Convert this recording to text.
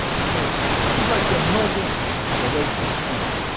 you knew. she was like your mother away from home.